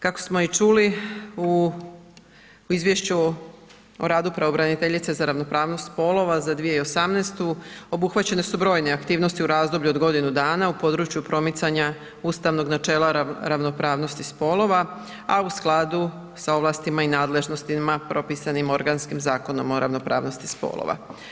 Kako smo i čuli u Izvješću o radu pravobraniteljice za ravnopravnost spolova za 2018., obuhvaćene su brojne aktivnosti u razdoblju od godinu dana u području promicanja ustavnog načela ravnopravnosti spolova a u skladu sa ovlastima i nadležnostima propisanim organskim Zakonom o ravnopravnosti spolova.